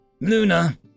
Luna